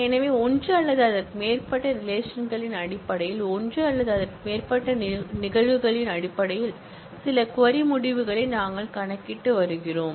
எனவே ஒன்று அல்லது அதற்கு மேற்பட்ட ரிலேஷன்களின் அடிப்படையில் ஒன்று அல்லது அதற்கு மேற்பட்ட நிகழ்வுகளின் அடிப்படையில் சில க்வரி முடிவுகளை நாங்கள் கணக்கிட்டு வருகிறோம்